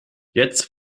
jetzt